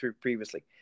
previously